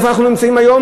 איפה אנחנו נמצאים היום,